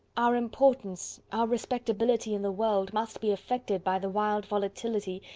our importance, our respectability in the world must be affected by the wild volatility,